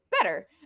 better